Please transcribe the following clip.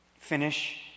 finish